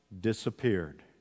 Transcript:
disappeared